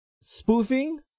Spoofing